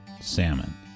salmon